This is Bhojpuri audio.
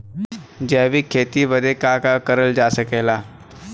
जैविक खेती बदे का का करल जा सकेला?